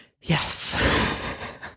yes